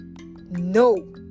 No